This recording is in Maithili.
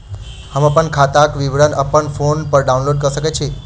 हम अप्पन खाताक विवरण अप्पन फोन पर डाउनलोड कऽ सकैत छी?